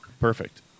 Perfect